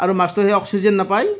আৰু মাছটোৱে সেই অক্সিজেন নাপায়